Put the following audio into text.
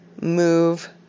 move